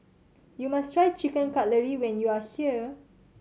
you must try Chicken Cutlet when you are here